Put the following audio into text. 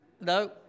No